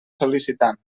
sol·licitant